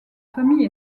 famille